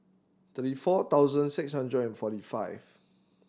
thirty four thousand six hundred and forty five